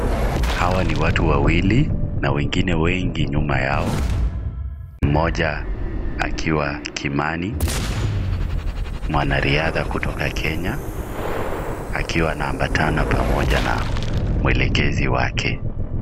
Hawa ni watu wawili na wingine wengi nyuma yao. Mmoja akiwa Kimani, wanariatha kutoka Kenya, akiwa namba tana pamoja na mwelekezi wake.